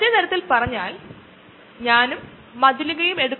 ഉദാഹരണത്തിന് നിങ്ങൾക്ക് നൽകാനുള്ള മികച്ച ഉദാഹരണമാണ് ഇത്